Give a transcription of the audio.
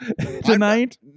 tonight